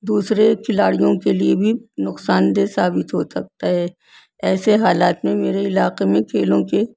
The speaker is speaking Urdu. دوسرے کھلاڑیوں کے لیے بھی نقصان دہ ثابت ہو سکتا ہے ایسے حالات میں میرے علاقے میں کھیلوں کے